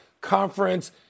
Conference